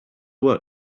work